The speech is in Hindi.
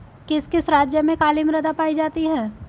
किस किस राज्य में काली मृदा पाई जाती है?